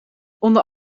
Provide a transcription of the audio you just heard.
onder